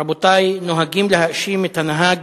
רבותי, נוהגים להאשים את הנהג